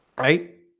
right